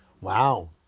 Wow